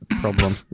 problem